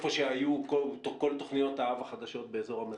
לאיפה שהיו כל תוכניות האב החדשות באזור המרכז,